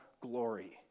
glory